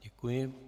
Děkuji.